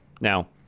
Now